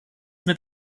mit